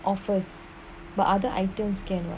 offers but other items can lah